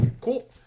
Cool